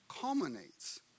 culminates